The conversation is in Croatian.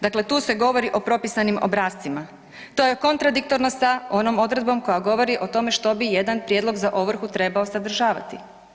Dakle, tu se govori o propisanim obrascima, to je kontradiktorno sa onom odredbom koja govori o tome što bi jedan prijedlog za ovrhu trebao sadržavati.